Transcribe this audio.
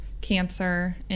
cancer